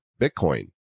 Bitcoin